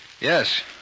Yes